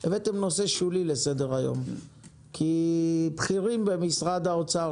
שהבאתם נושא שולי לסדר-היום כי בכירים במשרד האוצר